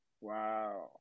Wow